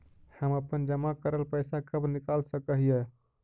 हम अपन जमा करल पैसा कब निकाल सक हिय?